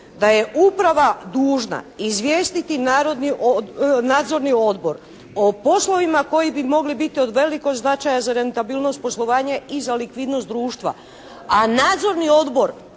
da je uprava dužna izvijestiti nadzorni odbor o poslovima koji bi mogli biti od velikog značaja za rentabilnost poslovanja i za likvidnost društva. A nadzorni odbor